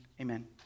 amen